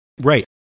Right